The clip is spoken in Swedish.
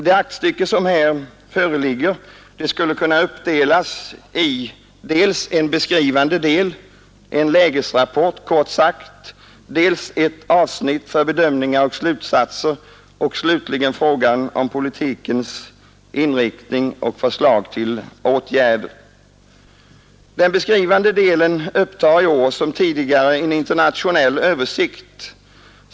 Det aktstycke som här föreligger skulle kunna uppdelas i dels en beskrivande del, en lägesrapport kort sagt, dels ett avsnitt för bedömningar och slutsatser och dels slutligen frågan om politikens inriktning och förslag till åtgärder. Den beskrivande delen upptar i år som tidigare en internationell översikt.